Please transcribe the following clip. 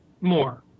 more